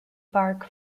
bark